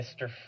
Mr